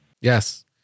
Yes